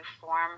form